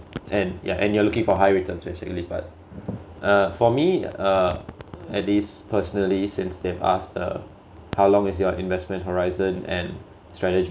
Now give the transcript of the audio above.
and yeah and you're looking for high returns basically but uh for me uh at least personally since they've asked uh how long is your investment horizon and strategy